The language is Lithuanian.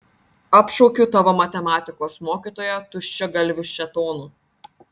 apšaukiu tavo matematikos mokytoją tuščiagalviu šėtonu